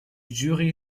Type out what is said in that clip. jury